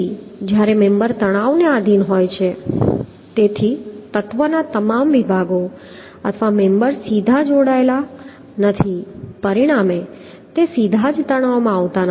તેથી જ્યારે મેમ્બર તણાવને આધિન હોય છે તેથી તત્વના તમામ ભાગો અથવા મેમ્બર સીધા જોડાયેલા નથી પરિણામે સીધા જ તણાવમાં નથી આવતા